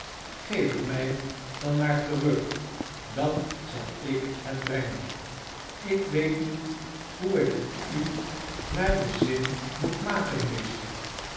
geef het mij dan maar terug dan zal ik het brengen ik weet niet hoe ik het u naar den zin moet maken meester